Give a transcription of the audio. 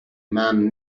man